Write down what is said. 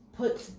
puts